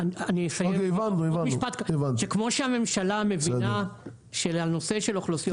אני אומר שכמו שהממשלה מבינה שלנושא של אוכלוסיות